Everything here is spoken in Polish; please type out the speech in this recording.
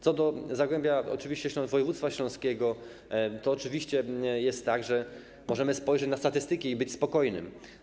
Co do zagłębia, województwa śląskiego, to oczywiście jest tak, że możemy spojrzeć na statystyki i być spokojni.